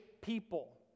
people